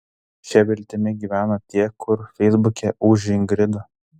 šia viltimi gyvena tie kur feisbuke už ingridą